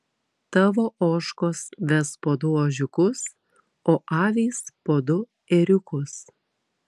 tavo ožkos ves po du ožiukus o avys po du ėriukus